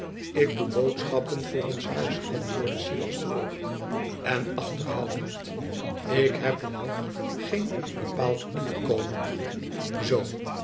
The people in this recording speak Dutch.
lk doe boodschappen voor ons huis antwoordde silas droog en achterhoudend ik heb er nog geen bepaald inkomen zoo